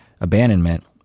abandonment